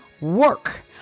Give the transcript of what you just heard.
work